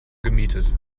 gemietet